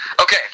Okay